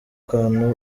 kantu